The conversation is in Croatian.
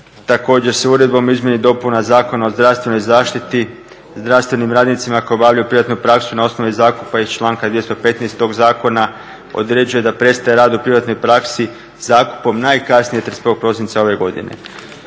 Također, Uredbom o izmjeni dopuna Zakona o zdravstvenoj zaštiti, zdravstvenim radnicima koji obavljaju privatnu praksu na osnovi zakupa iz članka 215. tog zakona određuje da prestaje rad u privatnoj praksi zakupom najkasnije 31. prosinca ove godine.